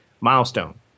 milestone